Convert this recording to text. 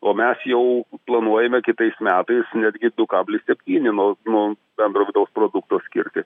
o mes jau planuojame kitais metais netgi du kablis septyni nuo nuo bendro vidaus produkto skirti